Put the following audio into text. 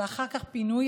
ואחר כך פינוי,